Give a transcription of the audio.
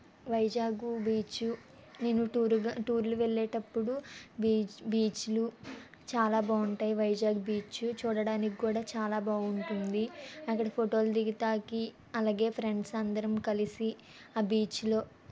Vizag beach నేను tour టూర్లు వెళ్ళేటప్పుడు బీచ్ బీచ్లు చాలా బాగుంటాయి వైజాగ్ బీచ్ చూడడానికి కూడా చాలా బాగుంటుంది అక్కడ ఫొటోలు దిగడానికి అలాగే ఫ్రెండ్స్ అందరం కలిసి ఆ బీచ్లో